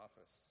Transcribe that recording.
office